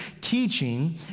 teaching